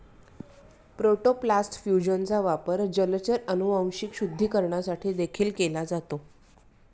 protoplast फ्यूजनचा वापर जलचर अनुवांशिक शुद्धीकरणासाठी देखील केला जातो